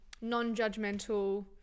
non-judgmental